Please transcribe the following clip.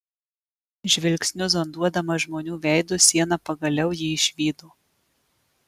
žvilgsniu zonduodama žmonių veidus siena pagaliau jį išvydo